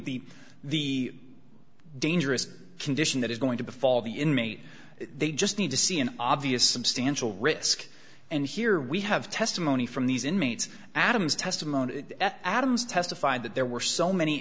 the the dangerous condition that is going to befall the inmate they just need to see an obvious substantial risk and here we have testimony from these inmates adam's testimony adams testified that there were so many